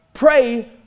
Pray